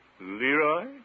Leroy